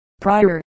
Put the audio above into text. prior